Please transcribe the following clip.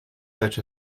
such